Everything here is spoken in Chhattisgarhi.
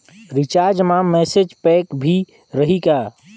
रिचार्ज मा मैसेज पैक भी रही का?